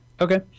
Okay